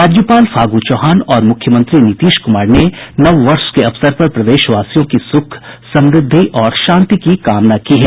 राज्यपाल फागु चौहान और मुख्यमंत्री नीतीश कुमार ने नववर्ष के अवसर पर प्रदेशवासियों की सुख समृद्धि और शांति की कामना की है